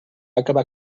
acabar